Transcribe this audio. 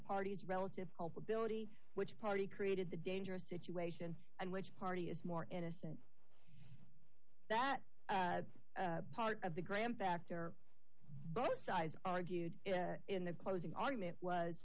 party's relative culpability which party created the dangerous situation and which party is more innocent that part of the graham factor both sides argued in the closing argument was